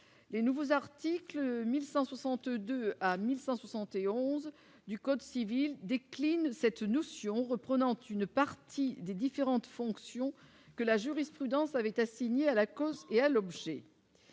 les nouveaux articles 1162 à 1171 du code civil décline cette nous Sion reprenant ont une partie des différentes fonctions que la jurisprudence avait assigné à la cause et à l'objet.